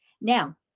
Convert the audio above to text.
Now